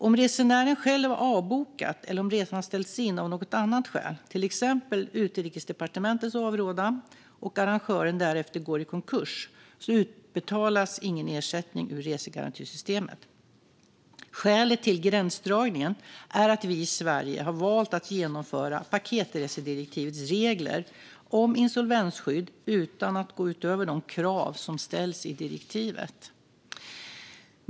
Om resenären själv har avbokat, eller om resan har ställts in av något annat skäl - till exempel Utrikesdepartementets avrådan - och arrangören därefter går i konkurs utbetalas ingen ersättning ur resegarantisystemet. Skälet till gränsdragningen är att vi i Sverige har valt att genomföra paketresedirektivets regler om insolvensskydd utan att gå utöver de krav som ställs i direktivet.